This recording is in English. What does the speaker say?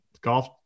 Golf